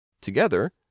together